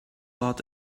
hot